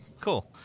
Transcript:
Cool